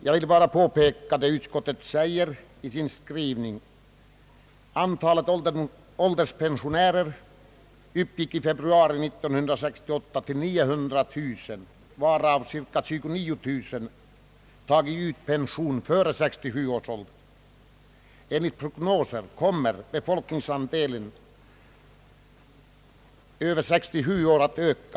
Jag vill erinra om vad utskottet anför i utlåtandet: »Antalet ålderspensionärer uppgick i februari 1968 till ca 9200 000, varav ca 29000 tagit ut pensionen före 67 års ålder. Enligt prognoser kommer = befolkningsandelen över 67 år att öka.